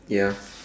ya